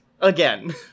Again